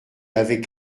avait